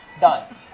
done